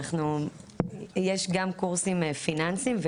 יש גם קורסים פיננסיים,